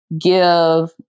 give